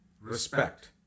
respect